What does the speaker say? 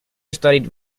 studied